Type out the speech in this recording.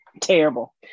Terrible